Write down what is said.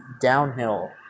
downhill